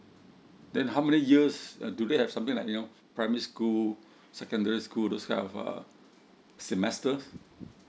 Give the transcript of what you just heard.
then how many years uh do they have something like you know primary school secondary school those kind of uh semester